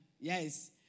Yes